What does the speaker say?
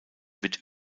wird